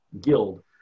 Guild